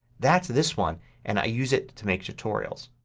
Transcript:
that's this one and i use it to make tutorials.